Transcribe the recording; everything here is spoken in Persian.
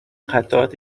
قطعات